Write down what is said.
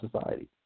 society